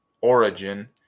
origin